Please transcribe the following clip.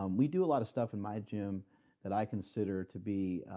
um we do a lot of stuff in my gym that i consider to be,